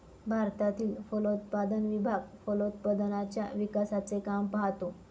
भारतातील फलोत्पादन विभाग फलोत्पादनाच्या विकासाचे काम पाहतो